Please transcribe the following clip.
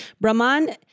Brahman